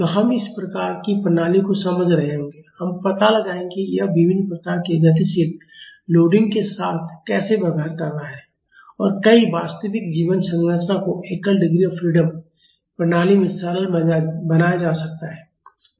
तो हम इस प्रकार की प्रणाली को समझ रहे होंगे हम पता लगाएंगे कि यह विभिन्न प्रकार के गतिशील लोडिंग के साथ कैसे व्यवहार कर रहा है और कई वास्तविक जीवन संरचनाओं को एकल डिग्री ऑफ फ्रीडम प्रणाली में सरल बनाया जा सकता है